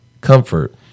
comfort